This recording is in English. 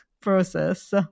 process